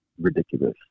ridiculous